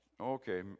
Okay